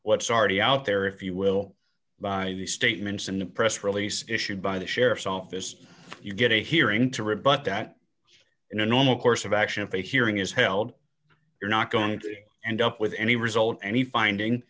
what's already out there if you will by the statements in the press release issued by the sheriff's office you get a hearing to rebut that in the normal course of action for a hearing is held you're not going to end up with any result any finding